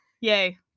yay